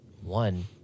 One